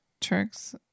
tricks